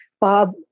Bob